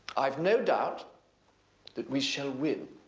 i've no doubt that we shall win.